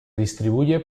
distribuye